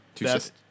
best